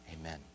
Amen